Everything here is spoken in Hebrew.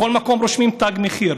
בכל מקום רושמים: תג מחיר.